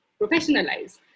professionalize